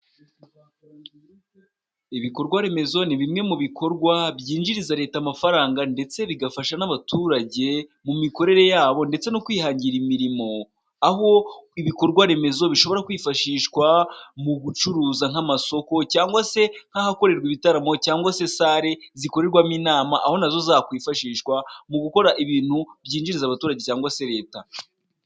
Ibikorwa remezo ni bimwe mu bikorwa byinjiriza Leta amafaranga ndetse bigafasha n'abaturage mu mikorere yabo ndetse no kwihangira imirimo, aho ibikorwa remezo bishobora kwifashishwa mu gucuruza nk'amasoko cyangwa se nk'ahakorerwa ibitaramo, cyangwa se sale zikorerwamo inama aho nazo zakwifashishwa, mu gukora ibintu byinjiriza abaturage cyangwa se Leta.